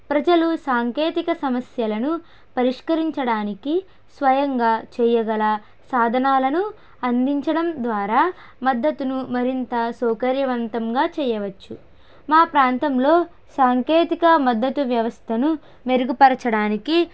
ప్రజలు సాంకేతిక సమస్యలను పరిష్కరించడానికి స్వయంగా చేయగల సాధనాలను అందించడం ద్వారా మద్దతును మరింత సౌకర్యవంతంగా చేయవచ్చు మా ప్రాంతంలో సాంకేతిక మద్దతు వ్యవస్థను మెరుగుపరచడానికి